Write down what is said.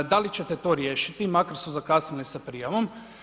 Da li ćete to riješiti makar su zakasnili sa prijavom?